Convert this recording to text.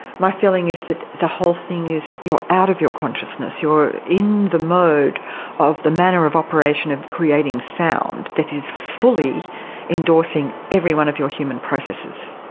my feeling is that the whole thing is you're out of your consciousness you're in the mode of the manner of operation of creating sound that is fully endorsing every one of your human processes.